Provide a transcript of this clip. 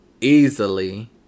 easily